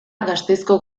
gasteizko